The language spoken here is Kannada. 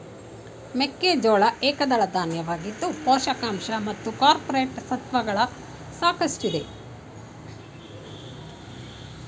ಮೆಕ್ಕೆಜೋಳ ಏಕದಳ ಧಾನ್ಯವಾಗಿದ್ದು ಪೋಷಕಾಂಶ ಮತ್ತು ಕಾರ್ಪೋರೇಟ್ ಸತ್ವಗಳು ಸಾಕಷ್ಟಿದೆ